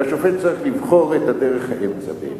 והשופט צריך לבחור את דרך האמצע ביניהם.